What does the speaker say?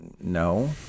no